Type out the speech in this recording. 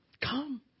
Come